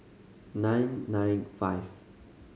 nine nine five